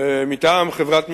מטעם חברת "מקינזי",